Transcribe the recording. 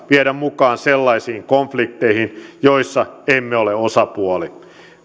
viedä mukaan sellaisiin konflikteihin joissa emme ole osapuoli